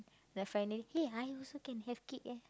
like finally !yay! I also can have kid eh